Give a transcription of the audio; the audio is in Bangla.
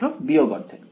ছাত্র ½